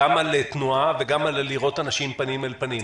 גם על תנועה וגם על לראות אנשים פנים אל פנים.